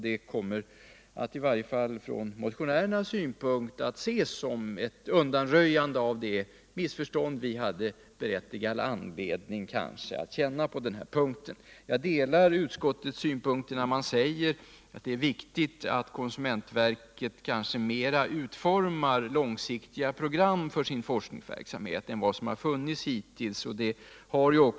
Det kommer i varje fall utifrån motionärernas synpunkt att ses som ett undanröjande av den oro som vi hade anledning att känna på den här punkten. Jag delar utskottets uppfattning när det skriver att det är viktigt att konsumentverket utformar mera långsiktiga program för sin forskningsverksamhet än vad som funnits hittills.